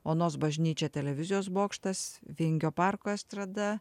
onos bažnyčia televizijos bokštas vingio parko estrada